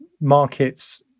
markets